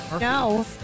No